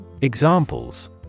Examples